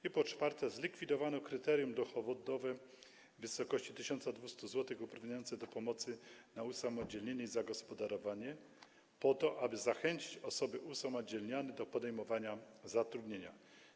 I po czwarte, zlikwidowano kryterium dochodowe w wysokości 1200 zł uprawniające do pomocy na usamodzielnienie i zagospodarowanie, po to aby zachęcić osoby usamodzielniane do podejmowania zatrudnienia.